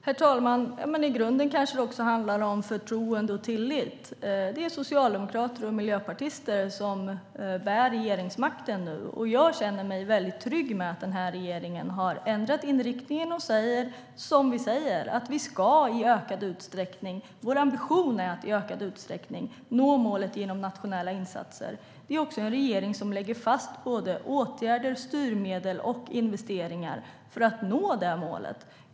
Herr talman! I grunden kanske det också handlar om förtroende och tillit. Det är socialdemokrater och miljöpartister som bär regeringsmakten nu. Jag känner mig trygg med att regeringen har ändrat inriktningen och säger att vår ambition är att i ökad utsträckning nå målet genom nationella insatser. Det är också en regering som lägger fast åtgärder, styrmedel och investeringar för att nå det målet.